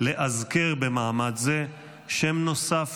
לאזכר במעמד זה שם נוסף